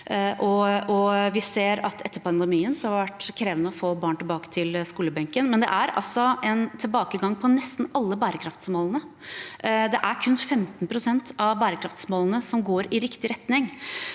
vi ser at etter pandemien har det vært krevende å få barn tilbake til skolebenken. Men det er altså en tilbakegang på nesten alle bærekraftsmålene. Det er kun 15 pst. av bærekraftsmålene som går i riktig retning.